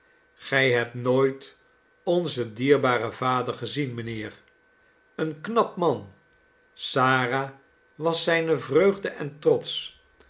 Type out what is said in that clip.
gij hebt nooit onzen dierbaren vader gezien mijnheer een knap man sara was z'yne vreugde en trots